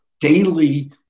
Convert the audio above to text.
daily